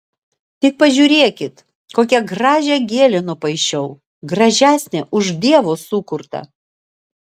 tik pažiūrėkit kokią gražią gėlę nupaišiau gražesnę už dievo sukurtą